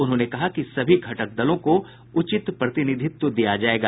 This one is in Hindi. उन्होंने कहा कि सभी घटक दलों को उचित प्रतिनिधित्व दिया जायेगा